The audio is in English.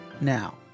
now